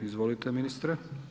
Izvolite ministre.